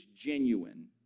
genuine